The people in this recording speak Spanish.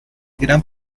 gran